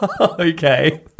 Okay